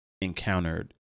encountered